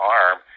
arm